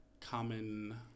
common